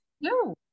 no